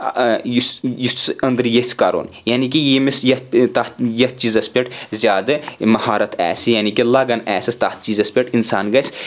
ینٛدرٕ یژھ کرُن یعنے کہِ ییٚمِس یتھ تتھ یتھ چیٖزس پؠٹھ زیادٕ مہارت آسہِ یعنے کہِ لگان آسہِ تتھ چیٖزس پؠٹھ انسان گژھِ